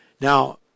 now